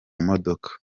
modoka